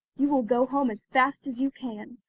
you will go home as fast as you can.